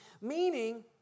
Meaning